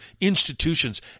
institutions